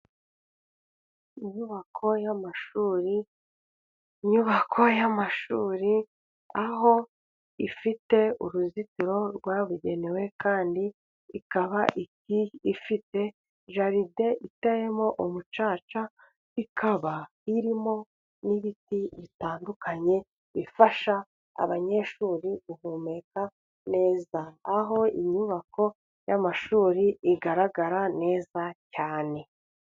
Inyubako y'amashuri inyubako y'amashuri aho ifite uruzitiro rwabugenewe, kandi ikaba ifite jaride iteyemo umucaca ,ikaba irimo n'ibiti bitandukanye bifasha abanyeshuri guhumeka neza ,aho inyubako y'amashuri igaragara neza cyane.